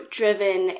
driven